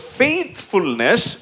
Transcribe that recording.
faithfulness